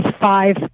five